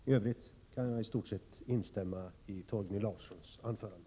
I övrigt kan jag i stort sett instämma i Torgny Larssons anförande.